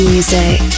Music